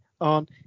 on